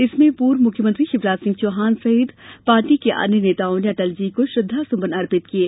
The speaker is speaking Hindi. इसमें पूर्व मुख्यमंत्री शिवराज सिंह चौहान सहित पार्टी के अन्य नेताओं ने अटलजी को श्रद्वास्मन अर्पित किये